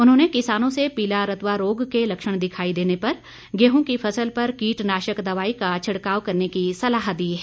उन्होंने किसानों से पीला रतुआ रोग के लक्षण दिखाई देने पर गेहूं की फसल पर कीटनाशक दवाई का छिड़काव करने की सलाह दी है